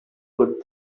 good